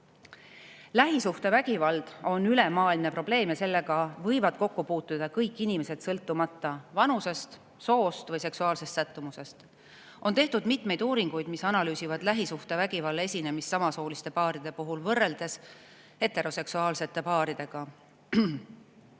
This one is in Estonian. Lähisuhtevägivald on ülemaailmne probleem ja sellega võivad kokku puutuda kõik inimesed, sõltumata vanusest, soost ja seksuaalsest sättumusest. On tehtud mitmeid uuringuid, mis analüüsivad lähisuhtevägivalla esinemist samasooliste paaride puhul võrreldes heteroseksuaalsete paaridega.